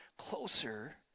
Closer